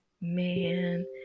Man